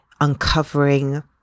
uncovering